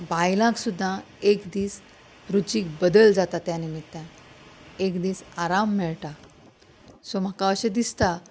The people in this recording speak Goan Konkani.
बायलांक सुद्दां एक दीस रुचीक बदल जाता त्या निमतान एक दीस आराम मेळटा सो म्हाका अशें दिसता